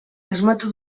asmatu